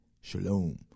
Shalom